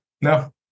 No